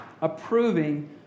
Approving